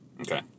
Okay